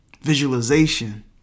visualization